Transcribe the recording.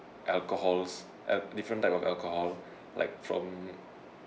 alcohols a different type of alcohol like from